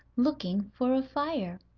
looking for a fire.